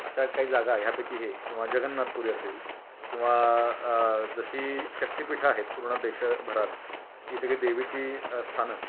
अशा काही जागा ह्यापैकी हे किंवा जगन्नाथपुरी असेल किंवा जशी शक्तिपीठं आहेत पूर्ण देशभरात ही सगळी देवीची स्थानं